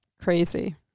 Crazy